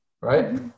Right